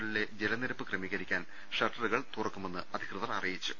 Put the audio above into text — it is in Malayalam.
ളിലെ ജലനിരപ്പ് ക്രമീകരിക്കാൻ ഷട്ടറുകൾ തുറക്കുമെന്ന് അധികൃതർ അറി യിച്ചു